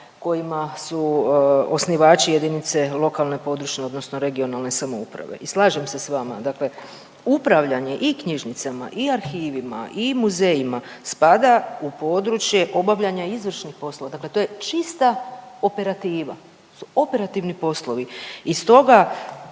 kojima su osnivači jedinice lokalne i područne (regionalne) samouprave. I slažem se s vama, dakle upravljanje i knjižnicama i arhivima i muzejima spada u područje obavljanja izvršnih poslova dakle to je čista operativa, operativni poslovi. I stoga